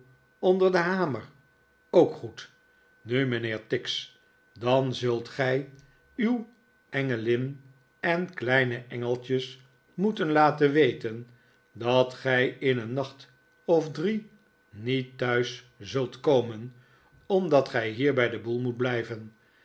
onder den hamer ook goed nu mijnheer tix dan zult gij uw engelin en kleine engeltjes moeten laten weten dat gij in een nacht of drie niet thuis zult komen omdat gij hier bij den boel moet blijven